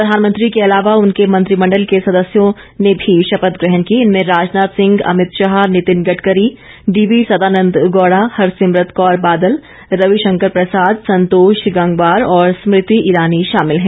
प्रधानमंत्री के अलावा उनके मंत्रिमंडल के सदस्यों ने भी शपथ ग्रहण की इनमें राजनाथ सिंह अमित शाह नितिन गडकरी डी वी सदानन्द गौड़ा हरसिमरत कौर बादल रविशंकर प्रसाद संतोष गंगवार और स्मृति ईरानी शामिल हैं